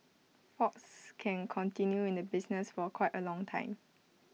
fox can continue in the business for quite A long time